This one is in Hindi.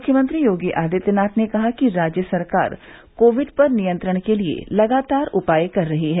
मुख्यमंत्री योगी आदित्यनाथ ने कहा कि राज्य सरकार कोविड पर नियंत्रण के लिये लगातार उपाय कर रही है